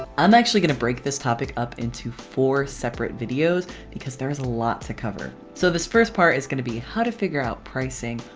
i'm actually gonna break this topic up into four separate videos because there's a lot to cover. so this first part is gonna be how to figure out pricing,